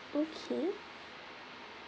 okay